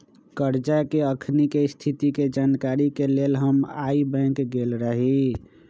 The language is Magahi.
करजा के अखनीके स्थिति के जानकारी के लेल हम आइ बैंक गेल रहि